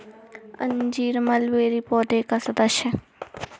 अंजीर मलबेरी पौधे का सदस्य है